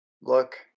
Look